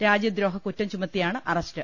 രാജ്യദ്രോഹ കുറ്റം ചുമത്തിയാണ് അറസ്റ്റ്